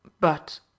But